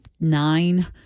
nine